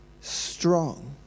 strong